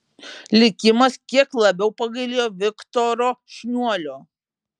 likimas kiek labiau pagailėjo viktoro šniuolio